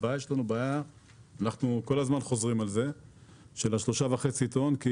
הבעיה שלנו היא - כל הזמן אנחנו חוזרים על זה - של ה-3.5 טון כי